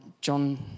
John